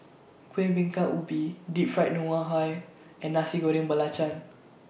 Kueh Bingka Ubi Deep Fried Ngoh Hi and Nasi Goreng Belacan